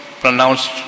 pronounced